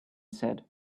said